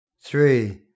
three